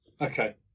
Okay